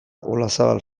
olazabal